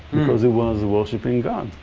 because he was worshiping god.